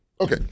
Okay